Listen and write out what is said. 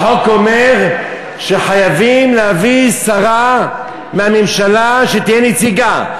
החוק אומר שחייבים להביא שרה מהממשלה שתהיה נציגה.